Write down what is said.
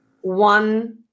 One